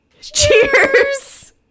Cheers